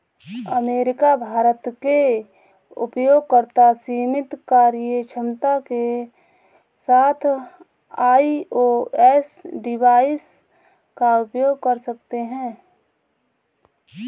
America, Bharat के उपयोगकर्ता सीमित कार्यक्षमता के साथ आई.ओ.एस डिवाइस का उपयोग कर सकते हैं